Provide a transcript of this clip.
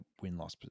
win-loss